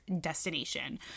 destination